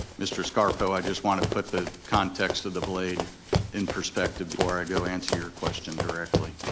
mr. scarfo, i just wanna put the context of the blade in perspective before i go answer your question directly.